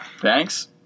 Thanks